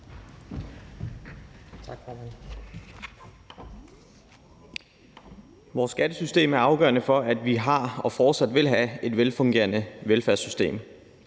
Vores skattesystem er afgørende for, at vi har og fortsat vil have et velfungerende velfærdssystem.